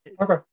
okay